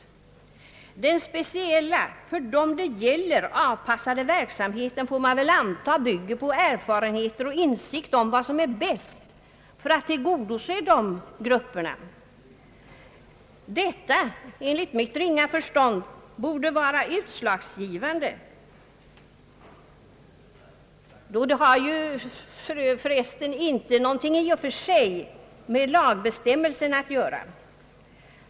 Man får väl anta att den speciella, för dem det gäller anpassade verksamheten bygger på erfarenheter och insikter om vad som är bäst för de grupperna. Dessa erfarenheter borde enligt mitt ringa förstånd vara utslagsgivande, Det har ju förresten inte något med lagbestämmelsen att göra.